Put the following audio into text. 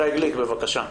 שי גליק, בבקשה.